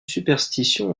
superstition